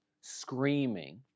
screaming